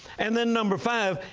and then, number five,